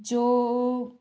जो